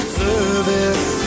service